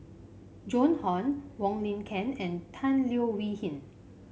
Joan Hon Wong Lin Ken and Tan Leo Wee Hin